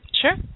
Sure